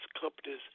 companies